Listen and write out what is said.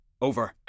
Over